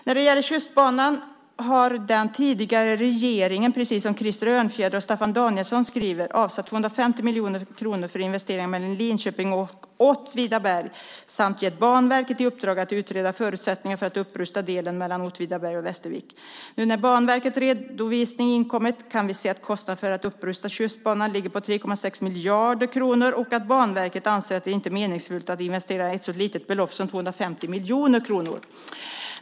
När det gäller Tjustbanan har den tidigare regeringen, precis som Krister Örnfjäder och Staffan Danielsson skriver, avsatt 250 miljoner kronor för investeringar mellan Linköping och Åtvidaberg samt gett Banverket i uppdrag att utreda förutsättningarna för att upprusta delen mellan Åtvidaberg och Västervik. Nu när Banverkets redovisning inkommit kan vi se att kostnaden för att upprusta Tjustbanan ligger på 3,6 miljarder kronor och att Banverket anser att det inte är meningsfullt att investera ett så litet belopp som 250 miljoner kronor.